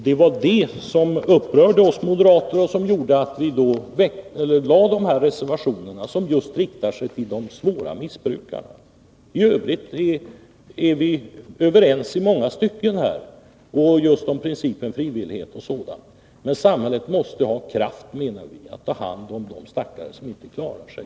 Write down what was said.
Det var i den frågan vi moderater blev upprörda, vilket gjorde att vi avlämnade våra reservationer, som just inriktar sig på de svåra missbrukarna. I övrigt är vi överens i många stycken — särskilt beträffande principen om frivillighet. Men samhället måste ha kraft, menar vi, att ta hand om de stackare som inte klarar sig.